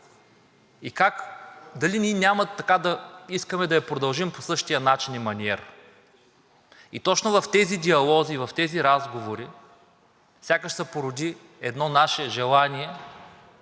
и дали ние няма да искаме да я продължим по същия начин и маниер. И точно в тези диалози, в тези разговори сякаш се породи едно наше желание